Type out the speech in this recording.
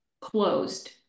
closed